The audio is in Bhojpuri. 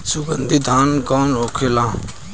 सुगन्धित धान कौन होखेला?